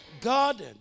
God